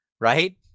right